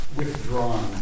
withdrawn